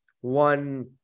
one